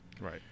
Right